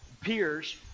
peers